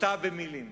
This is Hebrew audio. אותה במלים.